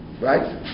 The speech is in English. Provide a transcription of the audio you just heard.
right